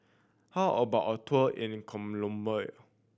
how about a tour in Colombia